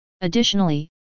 Additionally